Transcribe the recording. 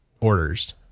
orders